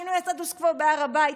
שינוי הסטטוס קוו בהר הבית,